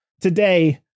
Today